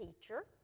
teacher